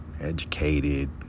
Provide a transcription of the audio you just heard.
educated